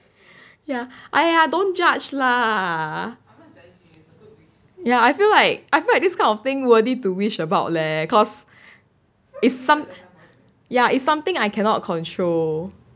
ya !aiya! don't judge lah ya I feel like I fell like this kind of thing worthy to wish about leh cause it's some ya it's something I cannot control